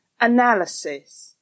analysis